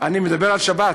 אני מדבר על שבת.